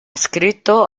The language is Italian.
scritto